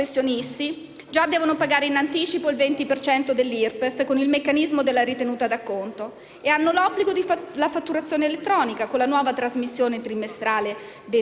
già devono pagare in anticipo il 20 per cento dell' IRPEF, con il meccanismo della ritenuta d'acconto e hanno l'obbligo della fatturazione elettronica, con la nuova trasmissione trimestrale dell'IVA,